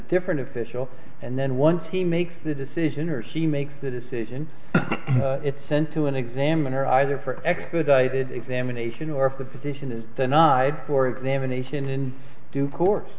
different official and then once he makes the decision or he makes the decision it's sent to an examiner either for an expedited examination or if the position is denied for examination in due course